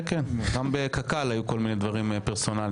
כן, גם בקק"ל היו כל מיני דברים פרסונליים.